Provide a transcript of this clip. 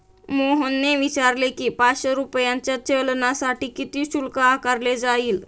मोहनने विचारले की, पाचशे रुपयांच्या चलानसाठी किती शुल्क आकारले जाईल?